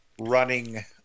running